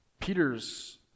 Peter's